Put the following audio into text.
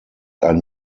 ein